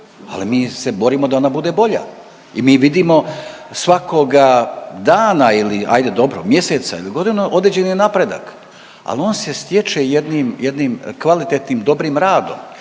ali mi se borimo da ona bude bolja i mi vidimo svakoga dana ili ajde dobro mjeseca ili godinu određeni napredak. Al on se stječe jednim, jednim kvalitetnim dobrim radom,